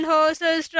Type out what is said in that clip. Horses